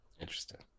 Interesting